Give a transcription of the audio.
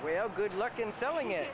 well good luck in selling it